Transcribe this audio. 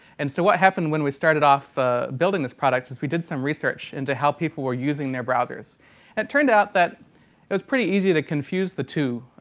and so what happened when we started off ah building this product is we did some research into how people were using their browsers. and it turned out that it was pretty easy to confuse the two,